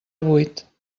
buit